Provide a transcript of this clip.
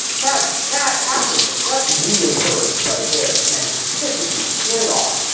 that that happens, that's real verbs right there, and it just pisses me straight off.